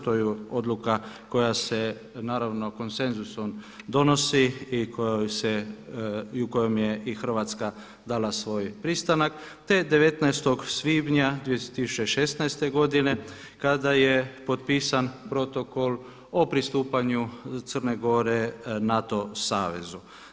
To je odluka koja se naravno konsenzusom donosi i kojom je i Hrvatska dala svoj pristanak, te 19. svibnja 2016. godine kada je potpisan Protokol o pristupanju Crne Gore NATO Savezu.